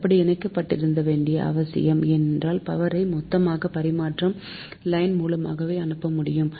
அப்படி இணைக்கப்பட்டிருக்க வேண்டியது அவசியம் ஏனெனில் பவர் ஐ மொத்தமாக பரிமாற்ற லைன் மூலமாகவே அனுப்ப முடியும்